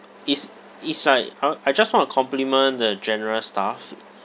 is is like uh I just want to compliment the general staff